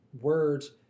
words